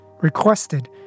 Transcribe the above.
requested